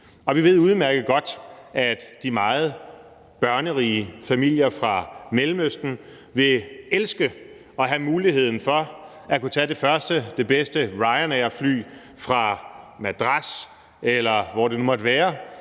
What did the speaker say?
og vi ved udmærket godt, at de meget børnerige familier fra Mellemøsten vil elske at have muligheden for at kunne tage det første, det bedste Ryan Air-fly fra Madras, eller hvor det nu måtte være,